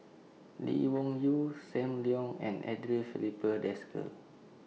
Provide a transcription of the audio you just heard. Lee Wung Yew SAM Leong and Andre Filipe Desker